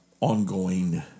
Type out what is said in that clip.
ongoing